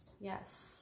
Yes